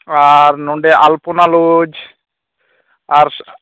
ᱟᱨ ᱱᱚᱰᱮ ᱟᱞᱯᱚᱱᱟ ᱞᱚᱡᱽ ᱟᱨ